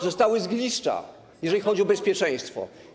Zostały zgliszcza, jeżeli chodzi o bezpieczeństwo.